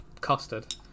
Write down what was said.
custard